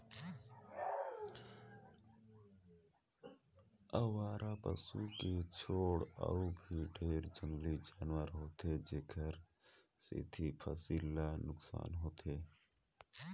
अवारा पसू के छोड़ अउ भी ढेरे जंगली जानवर होथे जेखर सेंथी फसिल ल नुकसान होथे